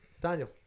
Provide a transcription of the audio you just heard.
Daniel